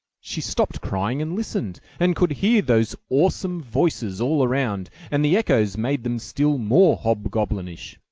she stopped crying and listened, and could hear those awesome voices all around, and the echoes made them still more hobgoblinish.